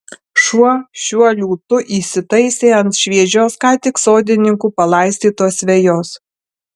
šuo šiuo liūtu įsitaisė ant šviežios ką tik sodininkų palaistytos vejos